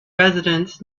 residents